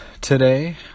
today